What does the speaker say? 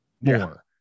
more